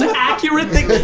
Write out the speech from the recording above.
accurate thing.